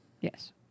Yes